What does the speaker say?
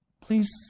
please